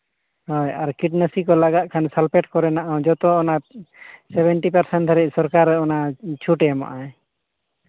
ᱦᱳᱭ ᱟᱨ ᱠᱤᱴᱱᱟᱥᱤ ᱠᱚ ᱞᱟᱜᱟᱜ ᱠᱷᱟᱱ ᱥᱟᱞᱯᱷᱮᱹᱴ ᱠᱚᱨᱮᱱᱟᱜ ᱡᱚᱛᱚ ᱚᱱᱟ ᱥᱮᱵᱷᱮᱱᱴᱤ ᱯᱟᱨᱥᱮᱱᱴ ᱫᱷᱟᱹᱵᱤᱡ ᱥᱚᱨᱠᱟᱨ ᱚᱱᱟ ᱪᱷᱩᱴᱼᱮ ᱮᱢᱚᱜᱼᱟᱭ